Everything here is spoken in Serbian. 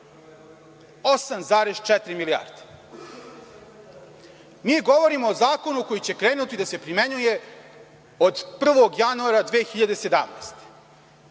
8,4 milijarde. Mi govorimo o zakonu koji će krenuti da se primenjuje od 1. januara 2017.